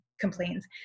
complains